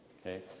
okay